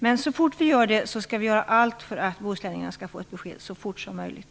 Men så fort vi får det skall vi göra allt för att bohuslänningarna skall få ett besked så fort som möjligt.